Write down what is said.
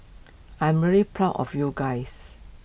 I'm really proud of you guys